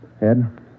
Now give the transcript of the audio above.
Ed